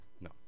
No